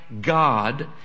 God